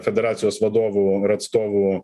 federacijos vadovų ir atstovų